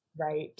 right